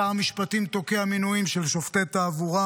שר המשפטים תוקע מינויים של שופטי תעבורה.